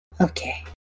Okay